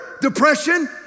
depression